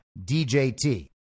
DJT